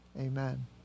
amen